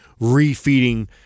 refeeding